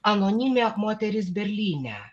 anonimė moteris berlyne